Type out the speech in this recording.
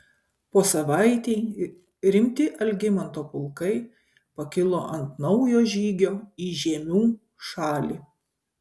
po savaitei rimti algimanto pulkai pakilo ant naujo žygio į žiemių šalį